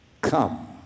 Come